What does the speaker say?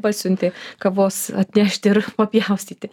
pasiuntė kavos atnešti ir papjaustyti